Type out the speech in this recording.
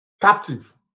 captive